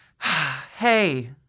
Hey